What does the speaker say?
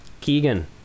Keegan